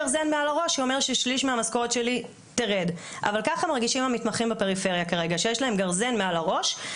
ברור שכאשר נחתם ההסכם ויצא ההיתר לפועל וממש